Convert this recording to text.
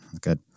Good